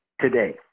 today